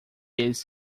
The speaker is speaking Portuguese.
eles